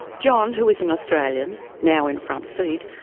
john, who is an australian, now in front seat,